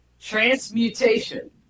Transmutation